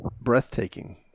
breathtaking